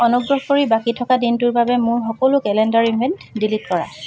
অনুগ্ৰহ কৰি বাকী থকা দিনটোৰ বাবে মোৰ সকলো কেলেণ্ডাৰ ইভেণ্ট ডিলিট কৰা